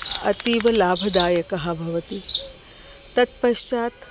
अतीव लाभदायकः भवति तत्पश्चात्